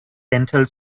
dental